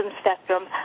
spectrum